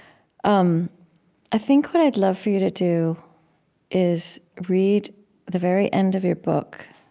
um i think what i'd love for you to do is read the very end of your book.